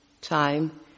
time